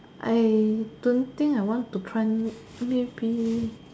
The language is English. I don't think I want to try maybe